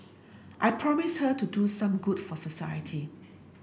I promised her to do some good for society